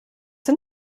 sind